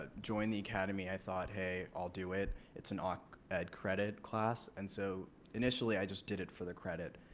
ah join the academy i thought hey i'll do it. it's an op ed credit class. and so initially i just did it for the credit.